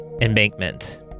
embankment